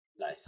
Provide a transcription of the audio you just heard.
Nice